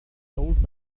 old